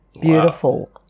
beautiful